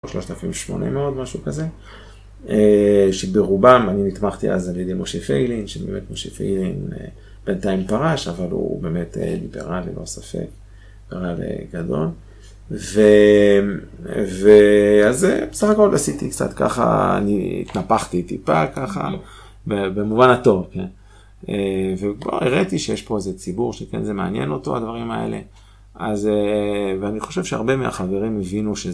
3,800, משהו כזה, שברובם, אני נתמכתי אז על ידי משה פייגלין, שבאמת משה פייגלין בינתיים פרש, אבל הוא באמת ליברל, לא ספק, ליברל גדול. ואז בסך הכל עשיתי קצת ככה, אני התנפחתי טיפה ככה, במובן הטוב, כן? וכבר הראיתי שיש פה איזה ציבור שכן, זה מעניין אותו, הדברים האלה. אז, ואני חושב שהרבה מהחברים הבינו שזה.